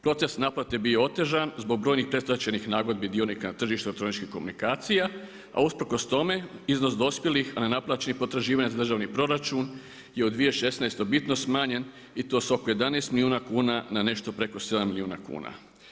Proces naplate je bio otežan zbog brojnih predstečajnih nagodbi dionika tržišta tržišnih komunikacija, a usprkos tome iznos dospjelih, a nenaplaćenih potraživanja za državni proračun je u 2016. bitno smanjen i to s oko 11 milijuna kuna na nešto preko 7 milijuna kuna.